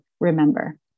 remember